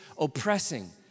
oppressing